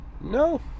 No